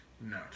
No